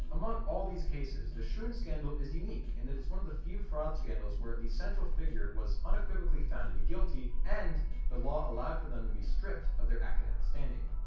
among all these cases the schon scandal is unique in that it's one of the few fraud scandals where the central figure was unequivocally found to be guilty and the law allowed for them to be stripped of their academic standing.